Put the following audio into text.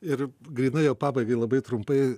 ir grynai jau pabaigai labai trumpai